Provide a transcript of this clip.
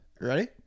ready